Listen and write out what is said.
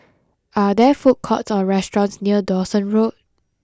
are there food courts or restaurants near Dawson Road